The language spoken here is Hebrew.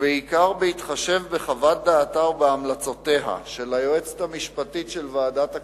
ובעיקר בהתחשב בחוות דעתה ובהמלצותיה של היועצת המשפטית של ועדת הכלכלה,